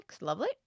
Lovely